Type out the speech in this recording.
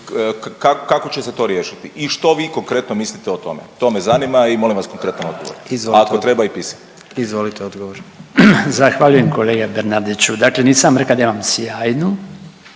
kako će se to riješiti i što vi konkretno mislite o tome? To me zanima i molim vas konkretan odgovor, a ako treba i pisani. **Bačić, Branko (HDZ)** Zahvaljujem kolega Bernardiću. Dakle, nisam rekao da imam sjajnu,